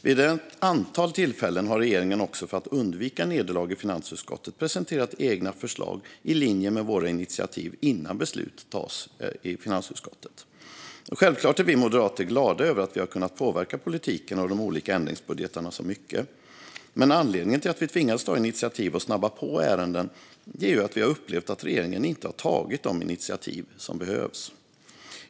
Vid ett antal tillfällen har regeringen också för att undvika nederlag i finansutskottet presenterat egna förslag i linje med våra initiativ, innan beslut tagits i finansutskottet. Självklart är vi moderater glada över att vi har kunnat påverka politiken och de olika ändringsbudgetarna så mycket. Men anledningen till att vi tvingats ta initiativ och snabba på ärenden är att vi upplevt att regeringen inte har tagit de initiativ som behövs.